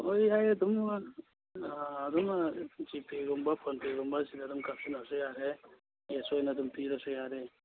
ꯍꯣꯏ ꯌꯥꯏ ꯑꯗꯨꯝ ꯑꯗꯨꯝ ꯖꯤ ꯄꯦꯒꯨꯝꯕ ꯐꯣꯟ ꯄꯦꯒꯨꯝꯕ ꯁꯤꯗ ꯑꯗꯨꯝ ꯀꯥꯞꯁꯤꯜꯂꯁꯨ ꯌꯥꯔꯦ ꯀꯦꯁ ꯑꯣꯏꯅ ꯑꯗꯨꯝ ꯄꯤꯔꯁꯨ ꯌꯥꯔꯦ